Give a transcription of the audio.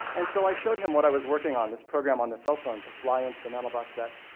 and so i showed him what i was working on, this program on the cell phone to fly into the mandelbrot set.